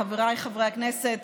חבריי חברי הכנסת,